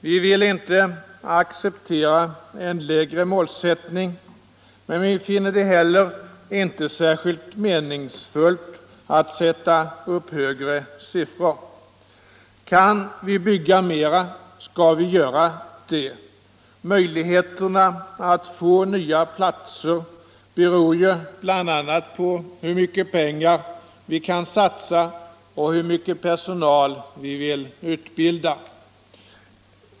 Vi vill inte acceptera en lägre målsättning, men finner det heller inte särskilt meningsfullt med högre siffror i programmet. Kan vi bygga mer skall vi göra det. Möjligheterna att få nya platser beror ju bl.a. på hur mycket pengar vi kan satsa och hur stor personal vi vill utbilda.